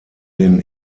den